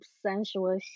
sensual